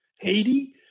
Haiti